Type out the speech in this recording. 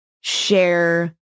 share